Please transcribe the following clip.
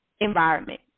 environment